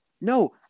No